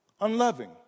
unloving